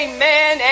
Amen